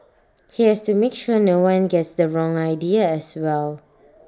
he has to make sure no one gets the wrong idea as well